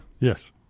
Yes